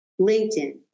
LinkedIn